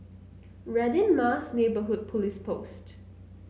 Radin Mas Neighbourhood Police Post